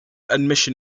admission